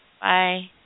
Bye